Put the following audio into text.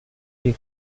die